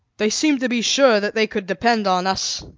they seem to be sure that they could depend on us,